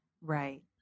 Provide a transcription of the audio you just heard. Right